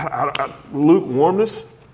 lukewarmness